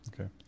Okay